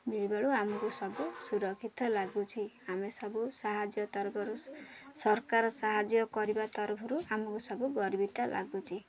ମିଳିବାରୁ ଆମକୁ ସବୁ ସୁରକ୍ଷିତ ଲାଗୁଛି ଆମେ ସବୁ ସାହାଯ୍ୟ ତରଫରୁ ସରକାର ସାହାଯ୍ୟ କରିବା ତରଫରୁ ଆମକୁ ସବୁ ଗର୍ବିତ ଲାଗୁଛି